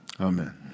Amen